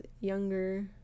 younger